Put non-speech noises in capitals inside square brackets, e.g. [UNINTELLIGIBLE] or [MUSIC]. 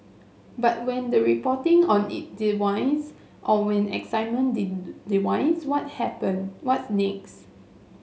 but when the reporting on it dwindles or when excitement [UNINTELLIGIBLE] dwindles what happen what's next